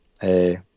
hey